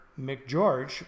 McGeorge